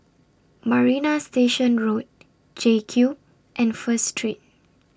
Marina Station Road JCube and First Street